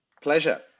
Pleasure